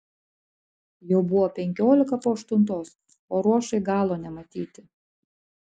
jau buvo penkiolika po aštuntos o ruošai galo nematyti